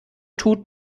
tut